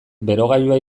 berogailua